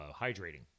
hydrating